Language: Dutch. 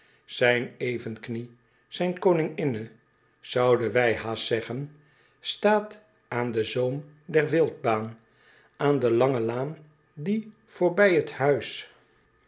n g i n n e zouden wij haast zeggen staat aan den zoom der wildbaan aan de lange laan die voorbij het huis